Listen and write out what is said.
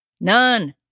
None